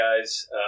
guys